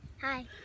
Hi